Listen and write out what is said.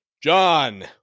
John